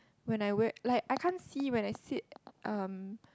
when I wear like I can't see when I sit um